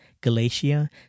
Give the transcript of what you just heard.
Galatia